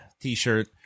t-shirt